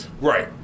Right